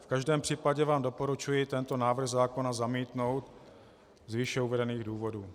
V každém případě vám doporučuji tento návrh zákona zamítnout z výše uvedených důvodů.